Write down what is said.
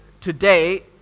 today